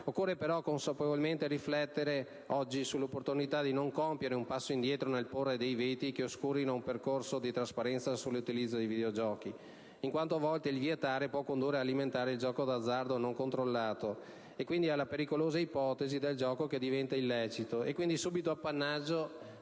Occorre però consapevolmente riflettere oggi sull' opportunità di non compiere un passo indietro nel porre veti che oscurino un percorso di trasparenza nell'utilizzo dei videogiochi, in quanto, a volte, il vietare può condurre ad alimentare il gioco d'azzardo non controllato e pertanto alla pericolosa ipotesi del gioco che diventa illecito e quindi subito appannaggio